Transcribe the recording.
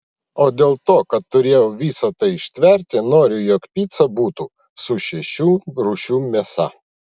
o dėl to kad turėjau visa tai ištverti noriu jog pica būtų su šešių rūšių mėsa